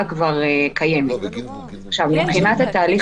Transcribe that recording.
אם הבן-אדם